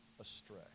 astray